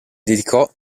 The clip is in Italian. dedicò